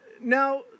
now